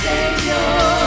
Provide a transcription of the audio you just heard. Savior